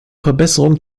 verbesserung